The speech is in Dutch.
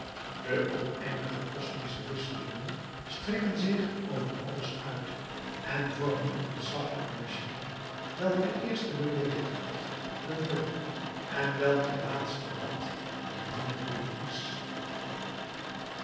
de oneindige cosmische wisselingen strekken zich over alles uit en vormen een ontzaggelijke machine welker eerste beweegkracht een mug en welker laatste rad de dierenriem is